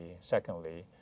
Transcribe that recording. secondly